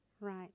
Right